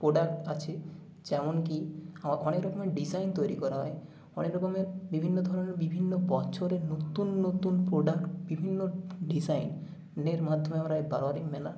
product আছে যেমন কী অনেক রকমের ডিজাইন তৈরি করা হয় অনেক রকমের বিভিন্ন ধরনের বিভিন্ন বছরের নতুন নতুন প্রোডাক্ট বিভিন্ন ডিজাইনের মাধ্যমে আমরা ওই বারোয়ারি মেলা